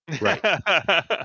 right